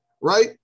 right